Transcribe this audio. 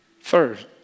First